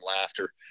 laughter